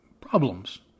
problems